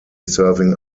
serving